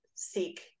seek